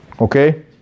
Okay